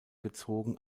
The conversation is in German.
gezogen